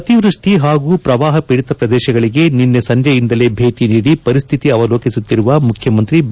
ಅತಿವೃಷ್ಣಿ ಹಾಗೂ ಪ್ರವಾಹ ಪೀಡಿತ ಪ್ರದೇಶಗಳಿಗೆ ನಿನ್ನೆ ಸಂಜೆಯಿಂದಲೇ ಭೇಟಿ ನೀಡಿ ಪರಿಸ್ತಿತಿ ಅವಲೋಕಿಸುತ್ತಿರುವ ಮುಖ್ಯಮಂತ್ರಿ ಬಿ